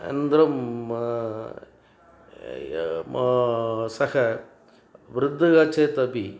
अनन्तरं मां सः वृद्धः चेत् अपि